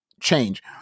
change